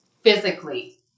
physically